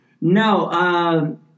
No